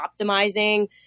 optimizing